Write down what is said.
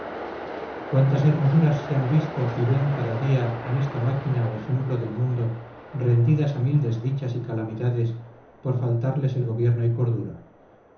cuántas hermosuras se han visto y ven cada día en esta máquina o ejemplo del mundo rendidas a mil desdichas y calamidades por faltarles el gobierno y cordura